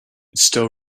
still